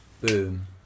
Boom